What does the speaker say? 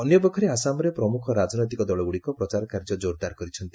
ଅନ୍ୟପକ୍ଷରେ ଆସାମରେ ପ୍ରମୁଖ ରାଜନୈତିକ ଦଳଗୁଡିକ ପ୍ରଚାର କାର୍ଯ୍ୟ କୋରଦାର କରିଛନ୍ତି